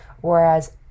whereas